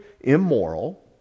immoral